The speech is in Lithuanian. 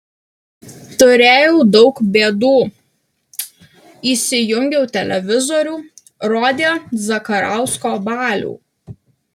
turėjau daug bėdų įsijungiau televizorių rodė zakarausko balių